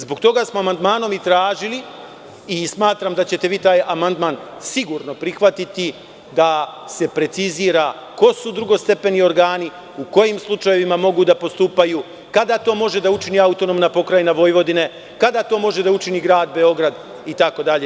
Zbog toga smo amandmanom tražili i smatram da ćete vi taj amandman sigurno prihvatiti, da se precizira ko su drugostepeni organi, u kojim slučajevima mogu da postupaju, kada to može da učini AP Vojvodina, kada to može da učini Grad Beograd itd.